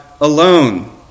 alone